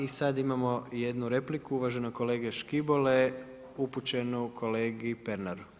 I sad imamo jednu repliku uvaženog kolege Škibole upućenu kolegi Pernaru.